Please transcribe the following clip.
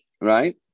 Right